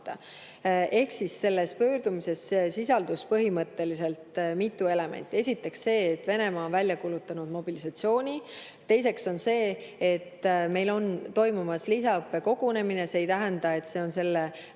võtta. Selles pöördumises sisaldus põhimõtteliselt mitu elementi. Esiteks see, et Venemaa on välja kuulutanud mobilisatsiooni. Teiseks see, et meil on toimumas lisaõppekogunemine – aga see ei tähenda, et see on